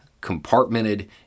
compartmented